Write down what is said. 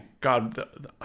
god